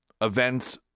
events